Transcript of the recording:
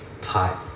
tight